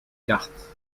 cartes